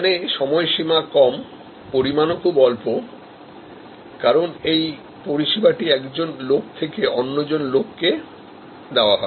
এখানে সময়সীমা কম পরিমান ও খুব অল্প কারণএই পরিষেবাটি একজন লোক থেকে অন্যজন লোককে দেওয়া হয়